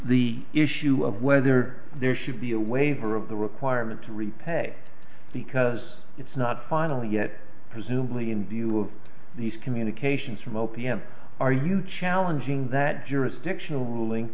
the issue of whether there should be a waiver of the requirement to repay because it's not final yet presumably in view of these communications from o p m are you challenging that jurisdictional ruling